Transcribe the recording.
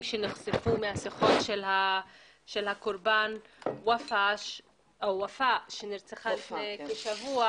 שנחשפו מהשיחות של הקורבן ופאא שנרצחה לפני כשבוע